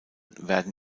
werden